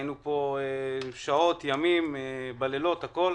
היינו פה שעות, בימים ובלילות, כדי